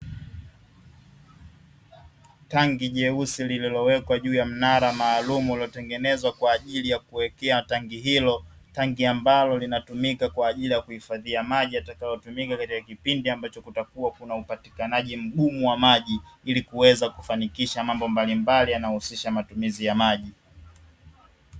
Tangi jeusi lililowekwa juu ya mnara maalumu uliotengenezwa kwa ajili ya kuwekea tanki hilo, tangi ambalo linatumika kwa ajili ya kuhifadhia maji yatakayotumika katika kipindi ambacho kutakuwa na upatikanaji mgumu wa maji, ili kuweza kufanikisha mambo mbalimbali yanayohusisha matumizi ya maji.